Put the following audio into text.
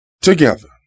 together